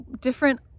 different